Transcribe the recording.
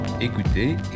Écoutez